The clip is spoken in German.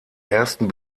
ersten